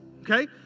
okay